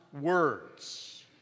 words